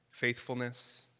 faithfulness